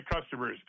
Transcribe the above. customers